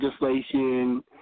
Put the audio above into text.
legislation